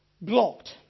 blocked